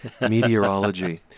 meteorology